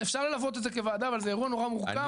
אפשר ללוות את זה כוועדה אבל זה אירוע נורא מורכב.